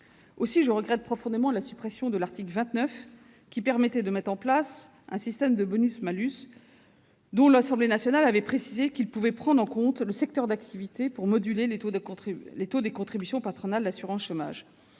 Aussi, je regrette profondément la suppression de l'article 29, qui permettait de mettre en place un système de bonus-malus, dont l'Assemblée nationale avait précisé qu'il pouvait prendre en considération le secteur d'activité pour moduler le taux des contributions patronales d'assurance chômage